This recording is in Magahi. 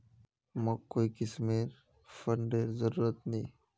मोक कोई किस्मेर फंडेर जरूरत नी